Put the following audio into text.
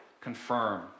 confirm